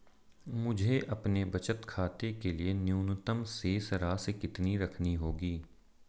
मुझे अपने बचत खाते के लिए न्यूनतम शेष राशि कितनी रखनी होगी?